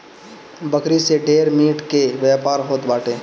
बकरी से ढेर मीट के व्यापार होत बाटे